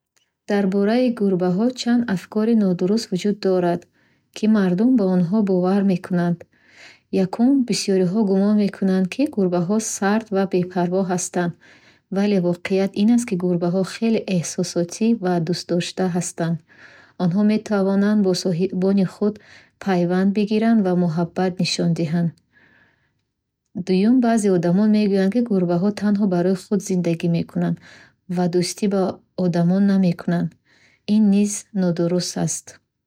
Дар бораи гурбаҳо чанд афкори нодуруст вуҷуд дорад, ки мардум ба онҳо бовар мекунанд. Якум, бисёриҳо гумон мекунанд, ки гурбаҳо сард ва бепарво ҳастанд, вале воқеият ин аст, ки гурбаҳо хеле эҳсосотӣ ва дӯстдошта ҳастанд. Онҳо метавонанд бо соҳибони худ пайванд бигиранд ва муҳаббат нишон диҳанд. Дуюм, баъзе одамон мегӯянд, ки гурбаҳо танҳо барои худ зиндагӣ мекунанд ва дӯстӣ бо одамон намекунанд. Ин низ нодуруст аст.